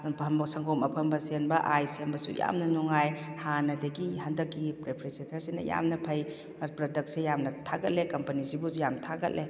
ꯁꯪꯒꯣꯝ ꯑꯐꯝꯕ ꯁꯦꯝꯕ ꯑꯩꯏꯁ ꯁꯦꯝꯕꯁꯨ ꯌꯥꯝꯅ ꯅꯨꯡꯉꯥꯏ ꯍꯥꯟꯅꯗꯒꯤ ꯍꯟꯗꯛꯀꯤ ꯔꯣꯐ꯭꯭ꯔꯤꯖꯔꯦꯇꯔ ꯁꯤꯅ ꯌꯥꯝꯅ ꯐꯩ ꯄ꯭ꯔꯗꯛꯁꯦ ꯌꯥꯝꯅ ꯊꯥꯒꯠꯂꯦ ꯀꯝꯄꯅꯤꯁꯤꯕꯨꯁꯨ ꯌꯥꯝꯅ ꯊꯥꯒꯠꯂꯦ